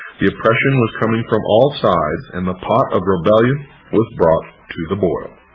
the oppression was coming from all sides, and the pot of rebellion was brought to the boil.